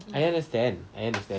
I understand I understand